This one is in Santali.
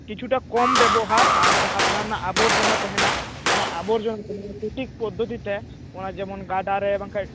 ᱠᱤᱪᱷᱩᱴᱟ ᱠᱚᱢ ᱵᱮᱵᱚᱦᱟᱨ ᱟᱨ ᱡᱟᱦᱟᱸ ᱨᱮᱭᱟᱜ ᱟᱵᱚᱨᱡᱚᱱᱟ ᱛᱟᱦᱮᱱᱟ ᱚᱱᱟ ᱟᱵᱚᱨᱡᱚᱱᱟ ᱚᱱᱟ ᱥᱚᱴᱷᱤᱠ ᱯᱚᱫᱷᱚᱛᱤᱛᱮ ᱚᱱᱟ ᱡᱮᱢᱚᱱ ᱜᱟᱰᱟ ᱨᱮ ᱵᱟᱝᱠᱷᱟᱡᱽ